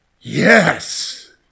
yes